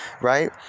right